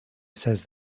says